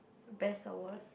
best or worst